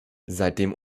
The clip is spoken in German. seitdem